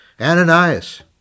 Ananias